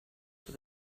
for